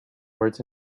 words